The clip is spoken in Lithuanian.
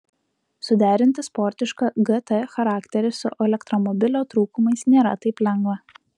suderinti sportišką gt charakterį su elektromobilio trūkumais nėra taip lengva